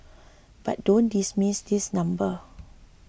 but don't dismiss this number